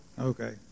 Okay